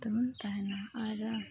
ᱠᱟᱛᱮᱫ ᱵᱚᱱ ᱛᱟᱦᱮᱱᱟ ᱟᱨ